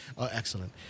Excellent